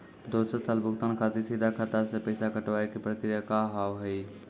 दोसर साल भुगतान खातिर सीधा खाता से पैसा कटवाए के प्रक्रिया का हाव हई?